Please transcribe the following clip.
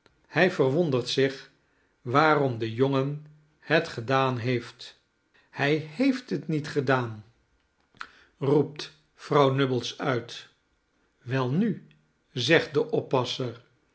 hij verwondert zich waarom de jongen het gedaan heeft hij heeft het niet gedaan roept vrouw nubbles uit welnu zegt de oppasser